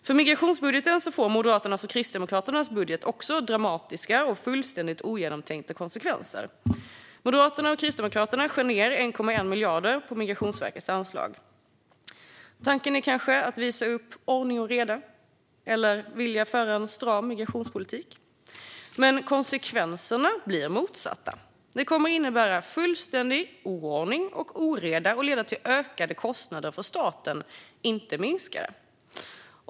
För migrationsbudgeten får Moderaternas och Kristdemokraternas budget också dramatiska och fullständigt ogenomtänkta konsekvenser. Moderaterna och Kristdemokraterna skär ned med 1,1 miljarder på Migrationsverkets anslag. Tanken är kanske att visa upp ordning och reda eller vilja att föra en stram migrationspolitik, men konsekvenserna blir de motsatta. Detta kommer att innebära fullständig oordning och oreda och leda till ökade kostnader för staten, inte minskade.